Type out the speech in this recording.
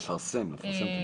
לפרסם את הנתון.